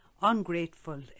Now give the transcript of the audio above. ungrateful